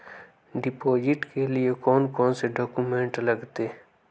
Deposit के लिए कौन कौन से डॉक्यूमेंट लगते?